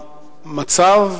המצב,